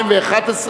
התשע"א 2011,